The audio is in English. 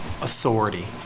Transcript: authority